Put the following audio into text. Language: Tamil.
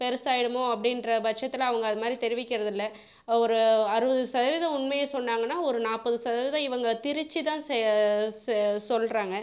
பெருசாகிடுமோ அப்படின்ற பட்சத்தில் அவங்க அதுமாதிரி தெரிவிக்கிறதில்லை ஒரு அறுபது சதவீதம் உண்மையை சொன்னாங்கன்னால் ஒரு நாற்பது சதவீதம் இவங்கள் திரித்து தான் செ செ சொல்கிறாங்க